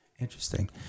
Interesting